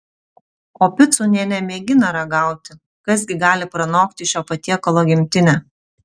o picų nė nemėgina ragauti kas gi gali pranokti šio patiekalo gimtinę